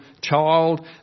child